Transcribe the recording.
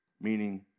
Meaning